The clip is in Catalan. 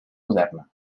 moderna